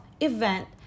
event